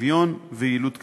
שוויון ויעילות כלכלית,